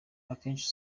akenshi